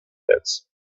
pits